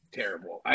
terrible